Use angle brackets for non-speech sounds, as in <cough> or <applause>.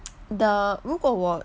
<noise> the 如果我